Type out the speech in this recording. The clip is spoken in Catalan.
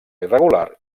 irregular